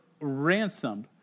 ransomed